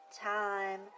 time